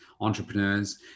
entrepreneurs